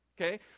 okay